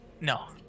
No